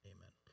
Amen